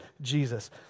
Jesus